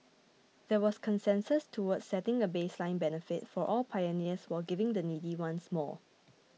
there was consensus towards setting a baseline benefit for all pioneers while giving the needy ones more